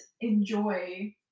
enjoy